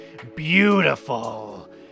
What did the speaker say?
Beautiful